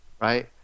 Right